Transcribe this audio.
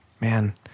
man